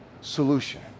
solution